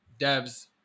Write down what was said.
devs